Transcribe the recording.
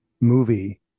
movie